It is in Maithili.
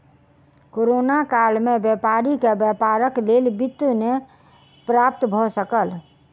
कोरोना काल में व्यापारी के व्यापारक लेल वित्त नै प्राप्त भ सकल